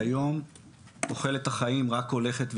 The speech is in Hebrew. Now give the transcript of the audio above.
שהיום תוחלת החיים רק הולכת וגדלה,